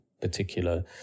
particular